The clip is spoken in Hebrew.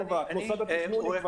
משרד התכנון יקבע את המינימום.